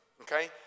okay